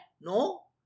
No